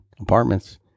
apartments